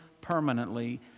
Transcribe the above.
permanently